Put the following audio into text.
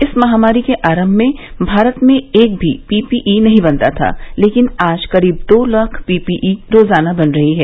इस महामारी के आरंभ में भारत में एक भी पीपीई नहीं बनता था लेकिन आज करीब दो लाख पीपीई रोजाना बन रही हैं